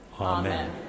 Amen